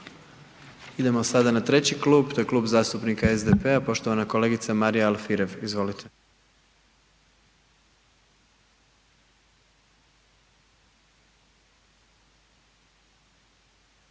Idemo sada na treći klub, to je Klub zastupnika SDP-a, poštovana kolegica Marija Alfirev, izvolite.